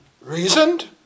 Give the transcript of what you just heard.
reasoned